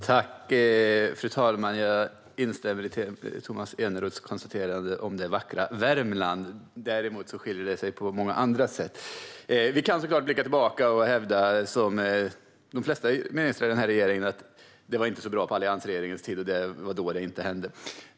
Fru talman! Jag instämmer i Tomas Eneroths konstaterande om det vackra Värmland. Däremot skiljer vi oss åt på många andra sätt. Vi kan såklart blicka tillbaka och hävda, som de flesta ministrar i denna regering gör, att det inte var bra på alliansregeringens tid och att det var då det inte hände.